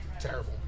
Terrible